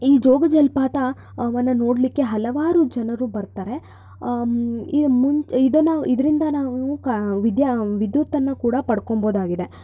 ಈ ಜೋಗ ಜಲಪಾತ ವನ್ನು ನೋಡಲಿಕ್ಕೆ ಹಲವಾರು ಜನರು ಬರ್ತಾರೆ ಈ ಮುಂ ಇದನ್ನು ಇದರಿಂದ ನಾವು ಕ ವಿದ್ಯಾ ವಿದ್ಯುತ್ತನ್ನು ಕೂಡ ಪಡ್ಕೊಬೌದಾಗಿದೆ